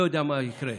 לא יודע מה יקרה.